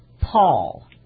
Paul